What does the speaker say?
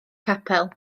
capel